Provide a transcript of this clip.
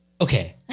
Okay